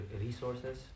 resources